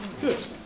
good